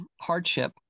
hardship